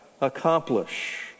accomplish